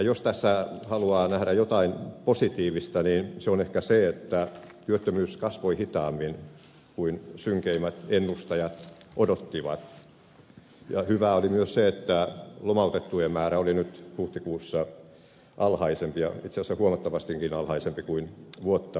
jos tässä haluaa nähdä jotain positiivista niin se on ehkä se että työttömyys kasvoi hitaammin kuin synkeimmät ennustajat odottivat ja hyvää oli myös se että lomautettujen määrä oli nyt huhtikuussa alhaisempi ja itse asiassa huomattavastikin alhaisempi kuin vuotta aikaisemmin